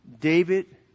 David